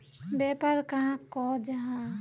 व्यापार कहाक को जाहा?